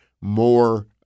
more